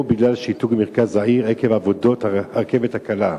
בגלל שיתוק מרכז העיר עקב עבודות הרכבת הקלה.